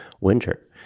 winter